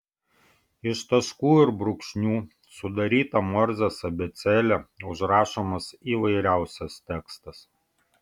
iš taškų ir brūkšnių sudaryta morzės abėcėle užrašomas įvairiausias tekstas